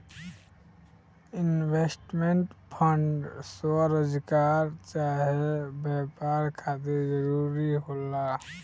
investment fund स्वरोजगार चाहे व्यापार खातिर जरूरी होला